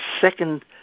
second